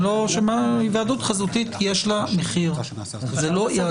היוועדות חזותית יש לה מחיר וזה לא יעזור.